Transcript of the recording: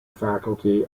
faculty